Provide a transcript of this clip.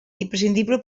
imprescindible